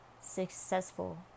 successful